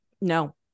no